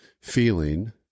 feeling